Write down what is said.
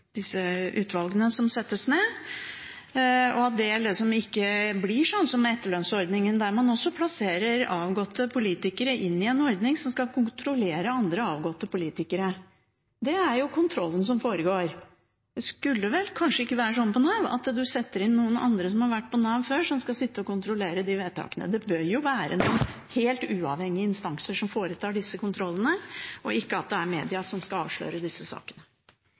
disse utvalgene som settes ned, er villig til å se det – og at det ikke blir som med etterlønnsordningen, der man plasserer avgåtte politikere i en ordning som skal kontrollere andre avgåtte politikere. Det er kontrollen som foregår. Det ville kanskje ikke vært sånn på Nav – at man setter inn andre som har vært på Nav før, til å sitte og kontrollere vedtakene. Det bør jo være helt uavhengige instanser som foretar kontrollene, og ikke media som skal avsløre disse sakene.